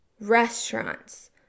restaurants